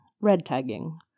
red-tagging